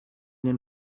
den